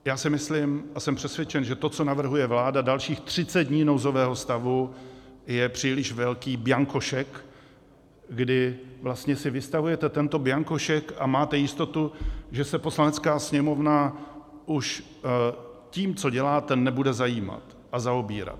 Já si myslím a jsem přesvědčen, že to, co navrhuje vláda, dalších třicet dní nouzového stavu, je příliš velký bianko šek, kdy si vlastně vystavujete tento bianko šek a máte jistotu, že se Poslanecká sněmovna už tím, co děláte, nebude zaobírat.